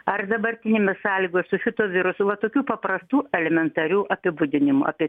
ar dabartinėmis sąlygoj su šituo virusu va tokių paprastų elementarių apibūdinimų apie